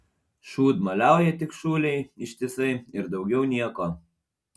šūdmaliauja tik šūlėj ištisai ir daugiau nieko